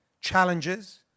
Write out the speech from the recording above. challenges